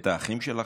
את האחים שלכם?